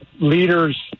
leaders